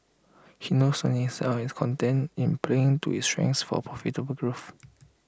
he knows Sony inside out and is content in playing to his strengths for profitable growth